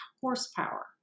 horsepower